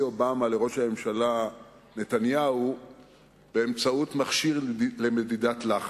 אובמה לבין ראש הממשלה נתניהו במכשיר למדידת לחץ.